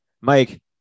Mike